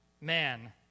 man